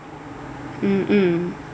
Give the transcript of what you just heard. mm mm